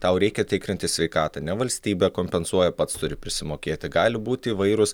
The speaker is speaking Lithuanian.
tau reikia tikrintis sveikatą ne valstybė kompensuoja pats turi prisimokėti gali būti įvairūs